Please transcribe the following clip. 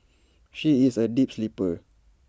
she is A deep sleeper